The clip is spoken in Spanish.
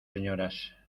señoras